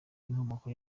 n’inkomoko